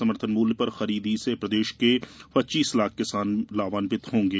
समर्थन मूल्य पर खरीदी से प्रदेश के पच्चीस लाख किसान लाभान्वित होंगे